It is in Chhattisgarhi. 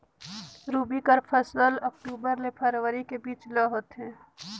रबी कर मौसम अक्टूबर से फरवरी के बीच ल होथे